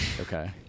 Okay